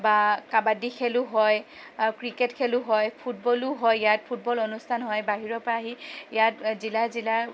বা কাবাড্ডি খেলো হয় ক্ৰিকেট খেলো হয় ফুটবলো হয় ইয়াত ফুটবল অনুষ্ঠান হয় বাহিৰৰ পৰা আহি ইয়াত জিলাৰ জিলাৰ